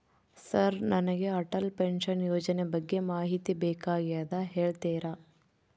Sir ನನಗೆ Atal pension ಯೋಜನೆ ಬಗ್ಗೆ ಮಾಹಿತಿ ಬೇಕಾಗ್ಯದ ಹೇಳ್ತೇರಾ?